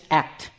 act